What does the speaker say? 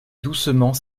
doucement